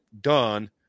done